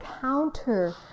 counter